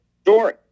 story